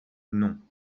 non